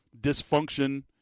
dysfunction